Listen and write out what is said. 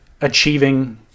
achieving